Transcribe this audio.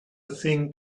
thing